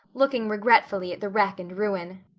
looking regretfully at the wreck and ruin.